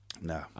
No